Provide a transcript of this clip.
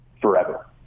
forever